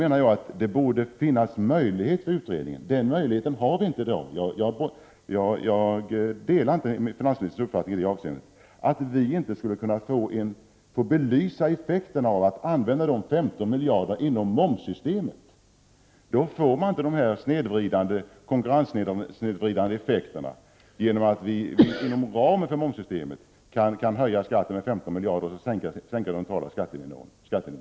Utredningen har i dag inte möjlighet att föreslå detta — jag delar inte finansministerns uppfattning i det avseendet — men jag menar att det borde finnas möjlighet för utredningen att belysa effekterna av att använda de 15 miljarderna inom momssystemet. Vid en sådan användning får man inte dessa konkurrenssnedvridande effekter. Vi kan inom ramen för momssystemet höja skatten med 15 miljarder och sänka den totala skattenivån.